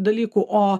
dalykų o